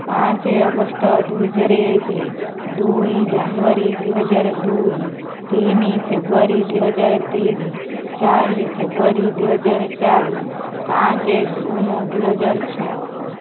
ପାଞ୍ଚ ଅଗଷ୍ଟ ଦୁଇହଜାର ଏକେ ଦୁଇ ଜାନୁଆରୀ ଦୁଇ ହଜାର ଦୁଇ ତିନି ଫେବୁଆରୀ ଦୁଇ ହଜାର ତିନି ଚାରି ଫେବୁଆରୀ ଦୁଇ ହଜାର ଚାରି ପାଞ୍ଚ ଜୁନ୍ ଦୁଇ ହଜାର ଛଅ